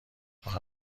آخه